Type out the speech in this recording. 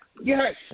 Yes